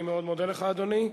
אני מאוד מודה לך, אדוני.